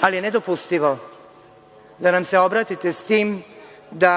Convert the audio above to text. ali je nedopustivo da nam se obratite sa tim da